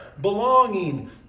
belonging